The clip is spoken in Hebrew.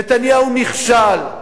נתניהו נכשל,